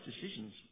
decisions